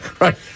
right